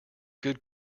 good